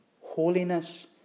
holiness